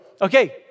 Okay